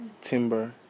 Timber